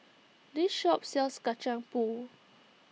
this shop sells Kacang Pool